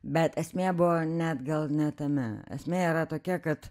bet esmė buvo net gal ne tame esmė yra tokia kad